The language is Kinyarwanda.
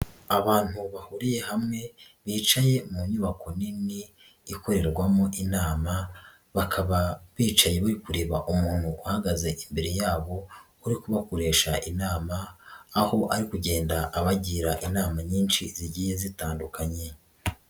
Abantu bahuriye hamwe, bicaye mu nyubako nini, ikorerwamo inama, bakaba bicaye bari kureba umuntu uhagaze imbere yabo, uri kubakoresha inama, aho ari kugenda abagira inama nyinshi zigiye zitandukanye.